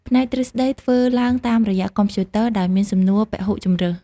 ផ្នែកទ្រឹស្តីធ្វើឡើងតាមរយៈកុំព្យូទ័រ ដោយមានសំណួរពហុជម្រើស។